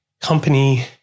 company